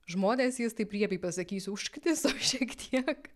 žmonės jis taip riebiai pasakysiu užkniso šiek tiek